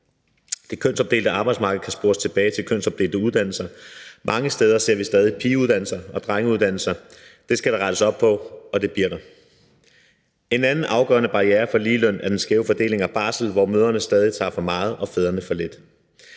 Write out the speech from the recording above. Det kønsopdelte arbejdsmarked kan spores tilbage til kønsopdelte uddannelser. Mange steder ser vi stadig pigeuddannelser og drengeuddannelser. Det skal der rettes op på, og det bliver der. En anden afgørende barriere for ligeløn er den skæve fordeling af barsel, hvor mødrene stadig tager for meget og fædrene for lidt,